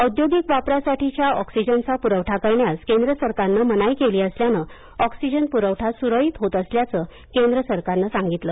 औद्योगिक वापरासाठीच्या ऑक्सिजनचा पुरवठा करण्यास केंद्र सरकारनं मनाई केली असल्यानं ऑक्सिजन पुरवठा सुरळीत होत असल्याचं केंद्र सरकारनं सांगितलं